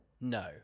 No